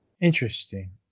Interesting